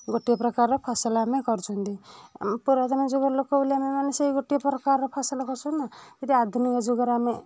ଗୋଟେ ପ୍ରକାରର ଫସଲ ଆମେ କରୁଛନ୍ତି ପୁରାତନ ଯୁଗର ଲୋକ ହେଲେ ଆମେମାନେ ସେଇ ଗୋଟିଏ ପ୍ରକାରର ଫସଲ ଘଶୁନୁ କିନ୍ତୁ ଆଧୁନିକ ଯୁଗର ଆମେ